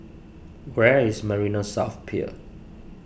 where is Marina South Pier